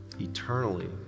eternally